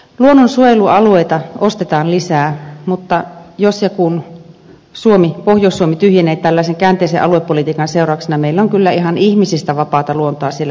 luonnonsuojelualueita ostetaan lisää mutta jos ja kun pohjois suomi tyhjenee tällaisen käänteisen aluepolitiikan seurauksena meillä on kyllä ihan ihmisistä vapaata luontoa siellä ilmaiseksikin